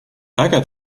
äge